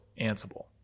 Ansible